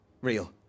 real